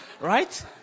Right